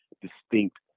distinct